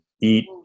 Eat